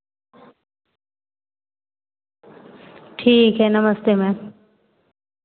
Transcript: ठीक है नमस्ते मैम